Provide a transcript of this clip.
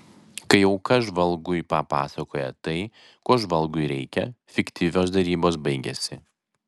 kai auka žvalgui papasakoja tai ko žvalgui reikia fiktyvios derybos baigiasi